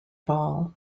ball